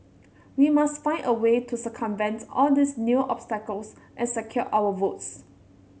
we must find a way to circumvent all these new obstacles and secure our votes